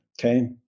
okay